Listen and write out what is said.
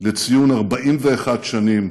לציון 41 שנים